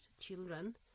children